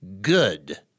good